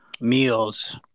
meals